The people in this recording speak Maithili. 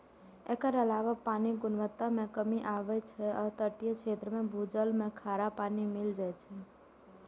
एकर अलावे पानिक गुणवत्ता मे कमी आबै छै आ तटीय क्षेत्र मे भूजल मे खारा पानि मिल जाए छै